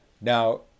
Now